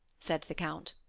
said the count.